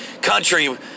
country